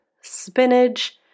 spinach